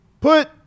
put